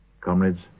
Comrades